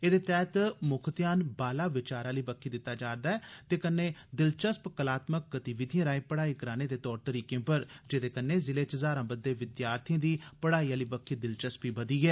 एदे तैहत मुक्ख ध्यान 'बाला' विचार आली बक्खी दिता जा रदा ऐ ते कन्नै कलात्मक गतिविधियें राएं पढ़ाई कराने दे तौर तरीकें पर जेदे कन्नै जिले च हज़ारा बददे विद्यार्थियें दी पढ़ाई आली बक्खी दिलचस्पी बधी ऐ